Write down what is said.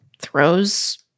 throws